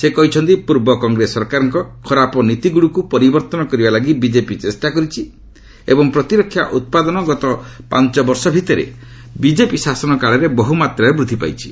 ସେ କହିଛନ୍ତି ପୂର୍ବ କଂଗ୍ରେସ ସରକାରଙ୍କ ଖରାପନୀତିଗୁଡ଼ିକୁ ପରିବର୍ତ୍ତନ କରିବା ଲାଗି ବିଜେପି ଚେଷ୍ଟା କରିଛି ଏବଂ ପ୍ରତିରକ୍ଷା ଉତ୍ପାଦନ ଗତ ପାଞ୍ଚ ବର୍ଷ ଭିତରେ ବିଜେପି ଶାସନ କାଳରେ ବହୁମାତ୍ରାରେ ବୃଦ୍ଧି ପାଇଛି